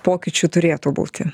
pokyčių turėtų būti